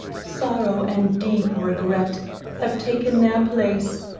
sorrow and deep regret have taken their place.